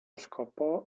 σκοπό